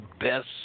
best